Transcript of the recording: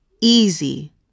easy